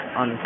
on